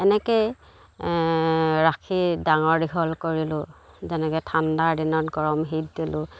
এনেকেই ৰাখি ডাঙৰ দীঘল কৰিলোঁ যেনেকৈ ঠাণ্ডাৰ দিনত গৰম শীত দিলোঁ